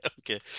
Okay